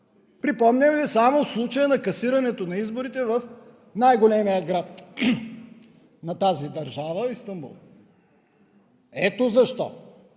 Припомням Ви само случая на касирането на изборите в най-големия град на тази държава – Истанбул. Ето защо,